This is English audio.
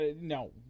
no